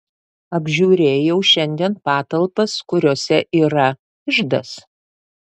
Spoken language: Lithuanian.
apžiūrėjau šiandien patalpas kuriose yra iždas